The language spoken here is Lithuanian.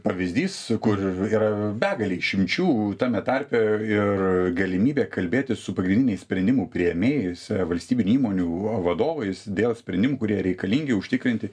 pavyzdys kur yra begalė išimčių tame tarpe ir galimybė kalbėtis su pagrindiniais sprendimų priėmėjais valstybinių įmonių vadovais dėl sprendimų kurie reikalingi užtikrinti